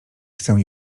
chcę